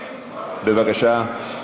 בבקשה.